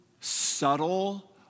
Subtle